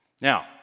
Now